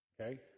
okay